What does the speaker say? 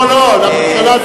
לא, לא.